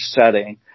setting